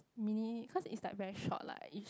mini because it's like very short lah it's